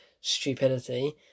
stupidity